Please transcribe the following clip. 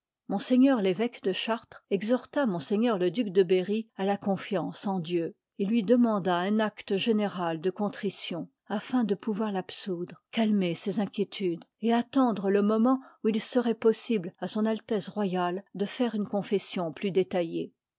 ms l'ëvéque de chartres exhorta ms le duc de berry à la ctnfiance en dieu il lui demanda un acte général de contrition fin de pouvoir l'absoudre calmer ses inquié tudes et attendre le moment où il seroit possible à s a r de faire une confession plus détaillée